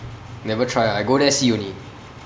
never try lah I go there see only